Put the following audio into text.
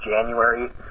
January